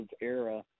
era